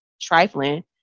trifling